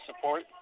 support